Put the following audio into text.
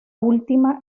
última